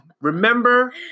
Remember